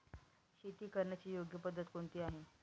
शेती करण्याची योग्य पद्धत कोणती आहे?